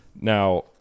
Now